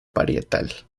parietal